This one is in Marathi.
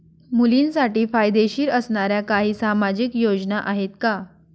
मुलींसाठी फायदेशीर असणाऱ्या काही सामाजिक योजना आहेत का?